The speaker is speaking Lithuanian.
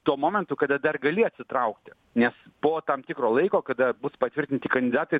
tuo momentu kada dar gali atsitraukti nes po tam tikro laiko kada bus patvirtinti kandidatai